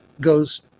goes